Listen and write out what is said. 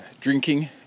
Drinking